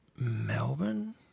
Melbourne